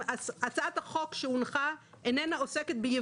הצעת החוק שהונחה איננה בכלל עוסקת בייבוא רכב.